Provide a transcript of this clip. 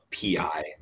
pi